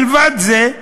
מלבד זה,